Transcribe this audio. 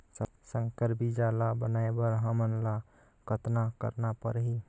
संकर बीजा ल बनाय बर हमन ल कतना करना परही?